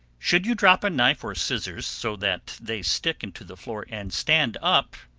should you drop a knife or scissors so that they stick into the floor and stand up,